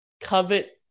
covet